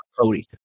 Cody